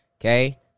okay